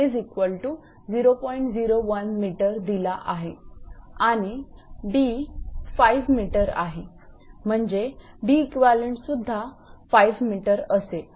01 𝑚 दिला आहे आणि 𝐷 5 𝑚 आहे म्हणजे 𝐷𝑒𝑞 सुद्धा 5 𝑚 असेल